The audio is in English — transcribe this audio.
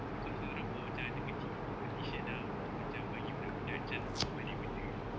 because dia orang buat macam ada kecil punya competition ah untuk macam bagi budak budak chance bawa balik benda